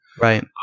Right